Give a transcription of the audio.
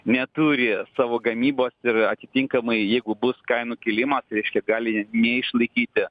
neturi savo gamybos ir atitinkamai jeigu bus kainų kilimas reiškia gali neišlaikyti